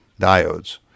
diodes